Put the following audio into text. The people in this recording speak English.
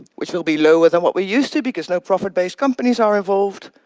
which will be lower than what we're used to because no profit-based companies are involved.